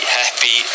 happy